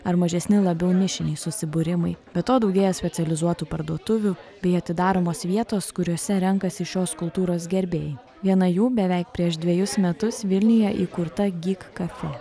ar mažesni labiau nišiniai susibūrimai be to daugėja specializuotų parduotuvių bei atidaromos vietos kuriose renkasi šios kultūros gerbėjai viena jų beveik prieš dvejus metus vilniuje įkurta gik kafė